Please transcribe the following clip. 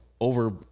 over